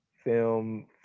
film